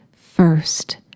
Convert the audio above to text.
first